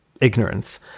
ignorance